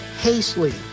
hastily